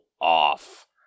off